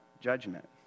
judgment